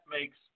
makes